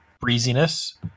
breeziness